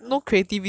really ah